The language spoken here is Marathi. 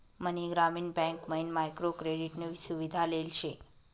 मनी ग्रामीण बँक मयीन मायक्रो क्रेडिट नी सुविधा लेल शे